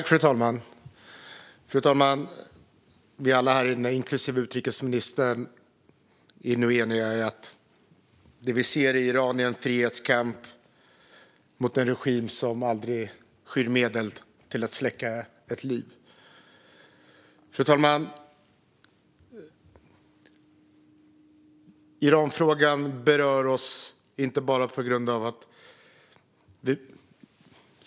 Fru talman! Alla här inne, inklusive utrikesministern, är nog eniga om att det vi ser i Iran är en frihetskamp mot en regim som aldrig skyr några medel när det gäller att släcka ett liv. Fru talman! Iranfrågan berör oss.